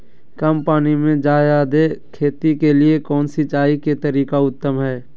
कम पानी में जयादे खेती के लिए कौन सिंचाई के तरीका उत्तम है?